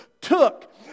took